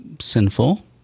Sinful